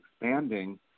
expanding